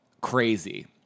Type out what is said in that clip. crazy